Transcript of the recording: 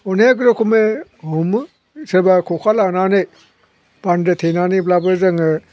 अनेख रोखोमै हमो सोरबा खखा लानानै बानदो थेनानैब्लाबो जोङो